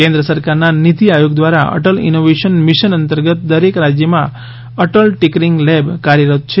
કેન્દ્ર સરકારના નિતિ આયોગ દ્વારા અટલ ઇનોવેશન મિશન અંતર્ગત દરેક રાજયમાં અટલ ટીંકરીંગ લેબ કાર્યરત છે